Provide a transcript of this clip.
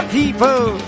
people